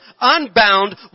unbound